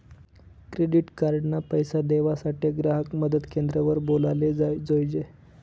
credit card ना पैसा देवासाठे ग्राहक मदत क्रेंद्र वर बोलाले जोयजे